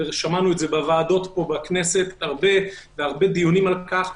ושמענו את זה בוועדות פה בכנסת בדיונים רבים על כך,